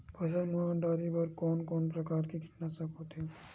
फसल मा डारेबर कोन कौन प्रकार के कीटनाशक होथे?